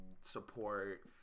support